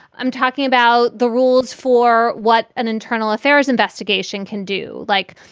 i'm talking about the rules for what an internal affairs investigation can do. like,